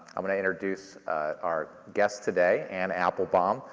i'm going to introduce our guest today, anne applebaum,